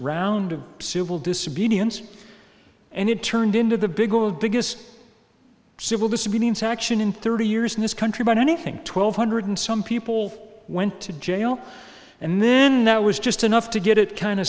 round of civil disobedience and it turned into the big old biggest civil disobedience action in thirty years in this country about anything twelve hundred some people went to jail and then that was just enough to get it kind